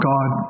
God